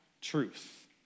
truth